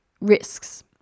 risks